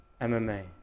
MMA